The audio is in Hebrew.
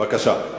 בבקשה.